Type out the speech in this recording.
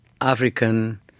African